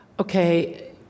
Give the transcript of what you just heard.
okay